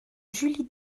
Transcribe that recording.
julie